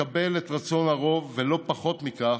לקבל את רצון הרוב, ולא פחות מכך,